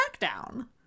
Smackdown